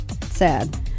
sad